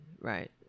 right